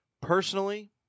Personally